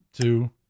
two